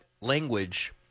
language